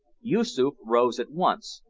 yoosoof rose at once,